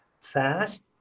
fast